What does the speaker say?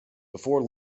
before